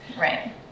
right